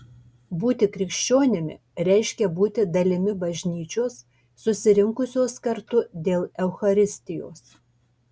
būti krikščionimi reiškia būti dalimi bažnyčios susirinkusios kartu dėl eucharistijos